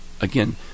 again